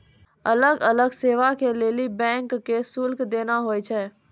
अलग अलग सेवा के लेली बैंक के शुल्क देना होय छै